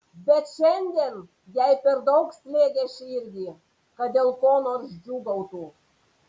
bet šiandien jai per daug slėgė širdį kad dėl ko nors džiūgautų